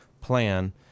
plan